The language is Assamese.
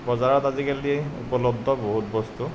বজাৰত আজিকালি উপলব্ধ বহুত বস্তু